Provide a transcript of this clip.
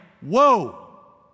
whoa